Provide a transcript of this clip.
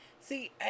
See